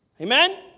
Amen